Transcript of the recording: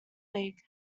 league